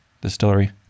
distillery